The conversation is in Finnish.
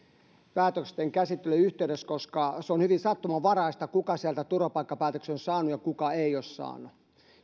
päätösten käsittelyjen yhteydessä koska on hyvin sattumanvaraista kuka sieltä turvapaikkapäätöksen on saanut ja kuka ei ole saanut